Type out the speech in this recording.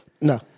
No